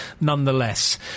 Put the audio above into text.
nonetheless